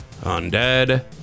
Undead